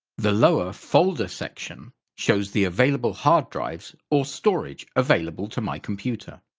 the lower folder section shows the available hard drives or storage available to my computer.